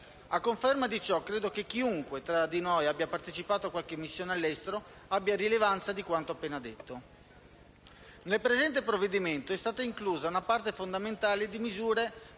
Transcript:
A conferma di ciò credo che chiunque di noi abbia partecipato a qualche missione all'estero abbia rilevanza di quanto appena detto. Nel presente provvedimento è stata inclusa una parte fondamentale di misure